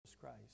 Christ